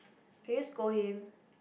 can you scold him